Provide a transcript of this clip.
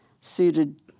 suited